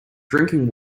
drinking